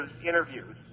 interviews